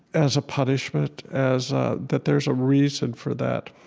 as a punishment, as a that there's a reason for that.